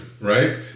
right